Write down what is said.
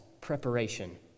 preparation